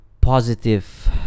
positive